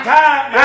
time